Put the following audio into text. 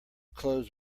clothes